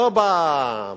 לא בכנסת.